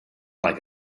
like